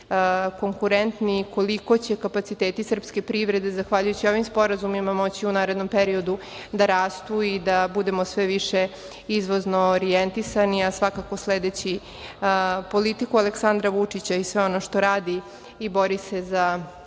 konkurentni, koliko će kapaciteti srpske privrede zahvaljujući ovim sporazumima moći u narednom periodu da rastu i da budemo sve više izvozno orijentisani, a svakako sledeći politiku Aleksandra Vučića i sve ono što radi i bori se za